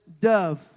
dove